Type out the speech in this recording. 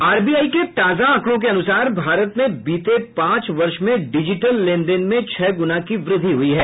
RBI के ताजा आंकड़ों के अनुसार भारत में बीते पांच वर्ष में डिजिटल लेनदेन में छह गुना की वृद्धि हुई है